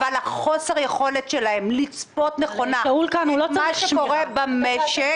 אבל חוסר היכולת שלהם לצפות נכונה את מה שקורה במשק -- הרי שאול כאן.